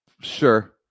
Sure